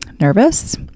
nervous